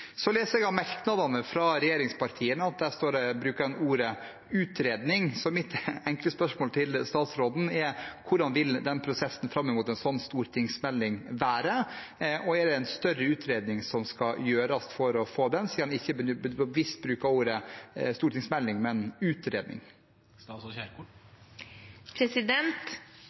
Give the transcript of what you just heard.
Jeg leser av merknadene fra regjeringspartiene at en bruker ordet utredning, så mitt enkle spørsmål til statsråden er: Hvordan vil prosessen fram mot en sånn stortingsmelding være, og er det en større utredning som skal gjøres for å få den, siden en bevisst ikke bruker ordet stortingsmelding, men utredning? Det var regjeringen Solberg som annonserte en stortingsmelding